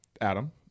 Adam